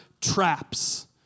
traps